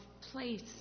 place